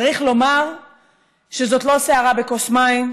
צריך לומר שזאת לא סערה בכוס מים,